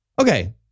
Okay